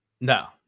No